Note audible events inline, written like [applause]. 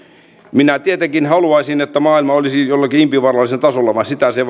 minä tietenkin haluaisin että maailma olisi jollakin impivaaralaisella tasolla vaan sitä se [unintelligible]